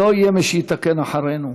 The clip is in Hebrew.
לא יהיה מי שיתקן אחרינו.